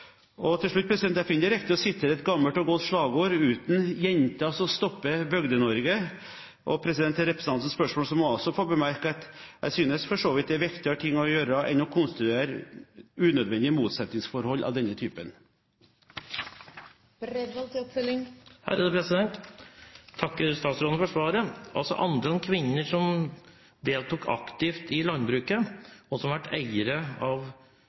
og da for begge kjønn. Jeg finner det riktig å sitere et gammelt og godt slagord: «Uten jenter stopper Bygde-Norge!» Til representantens spørsmål må jeg også få bemerke at jeg synes for så vidt det er viktigere ting å gjøre enn å konstruere unødvendige motsetningsforhold av denne typen. Jeg takker statsråden for svaret. Andelen kvinner som deltar aktivt i landbruket, og som er eiere av